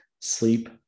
sleep